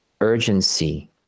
Urgency